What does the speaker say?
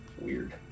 Weird